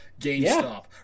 GameStop